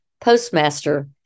postmaster